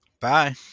Bye